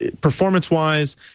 Performance-wise